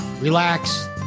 relax